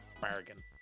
bargain